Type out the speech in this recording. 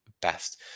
best